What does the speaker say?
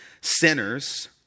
sinners